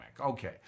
Okay